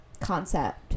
concept